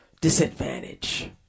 disadvantage